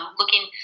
looking